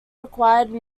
required